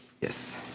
Yes